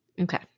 Okay